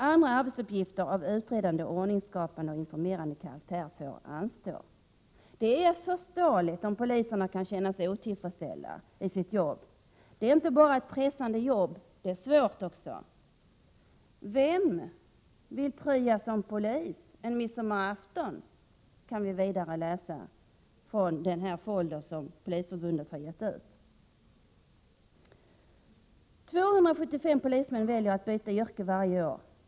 Andra arbetsuppgifter, av utredande, ordningsskapande och informerande karaktär, får anstå. Det är förståeligt om poliserna kan känna sig otillfredsställda i sitt jobb. Jobbet är inte bara pressande, det är också svårt. En fråga som vi kan läsa i den folder som Polisförbundet har gett ut är: Vem vill prya som polis en midsommarafton? 275 polismän väljer att byta yrke varje år.